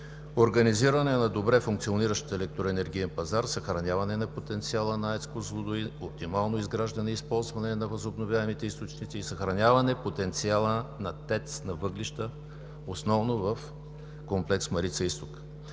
организиране на добре функциониращ електроенергиен пазар; съхраняване на потенциала на АЕЦ „Козлодуй“; оптимално изграждане и използване на възобновяемите източници и съхраняване потенциала на ТЕЦ на въглища основно в Комплекс „Марица изток“.